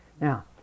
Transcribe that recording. Now